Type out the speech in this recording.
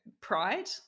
pride